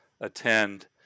attend